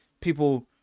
people